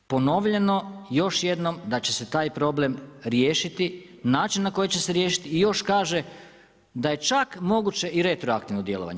Ponovljeno još jednom da će se taj problem riješiti, način na koji će se riješiti i još kaže da je čak moguće i retroaktivno djelovanje.